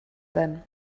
then